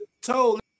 told